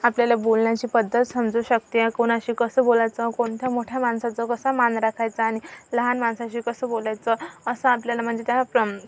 आपल्याला बोलण्याची पद्धत समजू शकते कोणाशी कसं बोलायचं कोणत्या मोठ्या माणसाचा कसा मान राखायचा आणि लहान माणसाशी कसं बोलायचं असं आपल्याला म्हणजे त्या